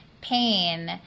pain